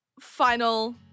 final